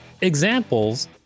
examples